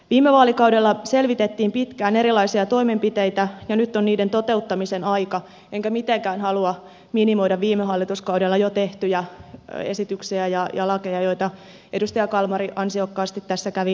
viime vaalikaudella selvitettiin pitkään erilaisia toimenpiteitä ja nyt on niiden toteuttamisen aika enkä mitenkään halua minimoida viime hallituskaudella jo tehtyjä esityksiä ja lakeja joita edustaja kalmari ansiokkaasti tässä kävi lävitse